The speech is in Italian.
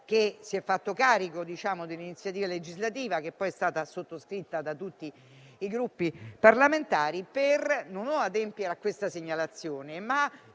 che si è fatto carico dell'iniziativa legislativa, che poi è stata sottoscritta da tutti i Gruppi parlamentari, non solo per adempiere alla segnalazione